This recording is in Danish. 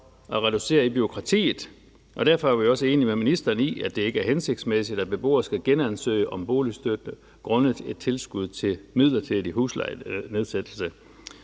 at reducere i bureaukratiet, og derfor er vi også enige med ministeren i, at det ikke er hensigtsmæssigt, at beboere skal genansøge om boligstøtte grundet et tilskud til midlertidig huslejenedsættelse.